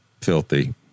filthy